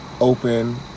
open